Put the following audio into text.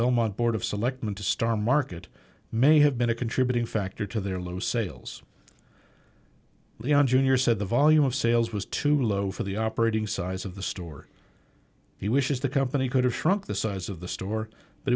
belmont board of selectmen to star market may have been a contributing factor to their low sales leon jr said the volume of sales was too low for the operating size of the store he wishes the company could have shrunk the size of the store but